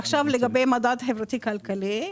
עכשיו לגבי מדד חברתי כלכלי.